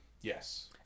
Yes